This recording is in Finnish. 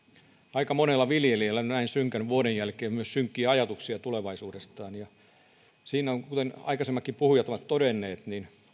aika monella viljelijällä on näin synkän vuoden jälkeen myös synkkiä ajatuksia tulevaisuudestaan kuten aikaisemmatkin puhujat ovat todenneet